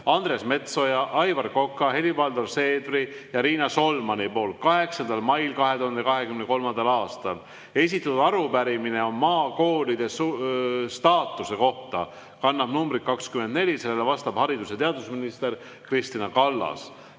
Andres Metsoja, Aivar Kokk, Helir-Valdor Seeder ja Riina Solman 8. mail 2023. aastal. Esitatud arupärimine on maakoolide saatuse kohta ja kannab numbrit 24, sellele vastab haridus- ja teadusminister Kristina Kallas.